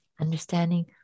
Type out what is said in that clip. understanding